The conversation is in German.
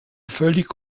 völlig